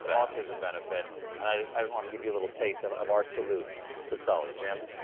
autism benefit and i just i just give you a little taste of of our salute to sully. jim.